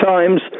Times